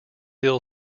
hill